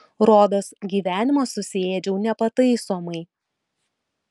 rodos gyvenimą susiėdžiau nepataisomai